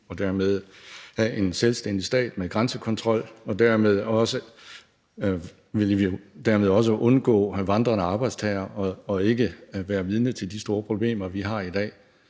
og dermed have en selvstændig stat med grænsekontrol. Dermed ville vi jo også undgå vandrende arbejdstagere og ikke være vidne til de store problemer, vi har i dag.